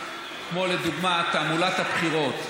כמו לדוגמה תעמולת הבחירות.